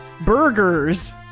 burgers